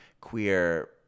queer